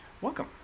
welcome